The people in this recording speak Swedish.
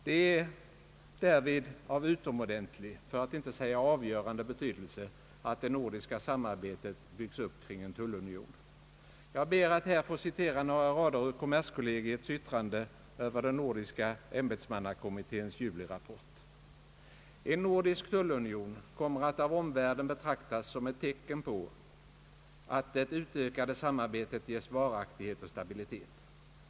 Det är därvid av utomordentlig, för att inte säga avgörande, betydelse att det nordiska samarbetet byggs upp kring en tullunion. Jag ber att här få citera några rader ur kommerskollegiets yttrande över den nordiska ämbetsmannakommitténs julirapport: ”En nordisk tullunion kommer att av omvärlden betraktas som ett tecken på att det utökade samarbetet ges varaktighet och stabilitet.